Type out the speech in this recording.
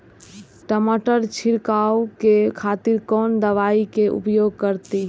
टमाटर छीरकाउ के खातिर कोन दवाई के उपयोग करी?